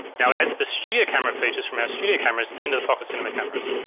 now it adds the studio camera features from our studio cameras into the pocket cinemas cameras.